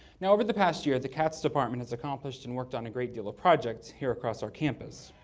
now over the past year, the cats department has accomplished and worked on a great deal of projects here across our campus.